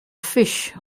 phish